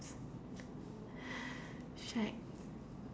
shag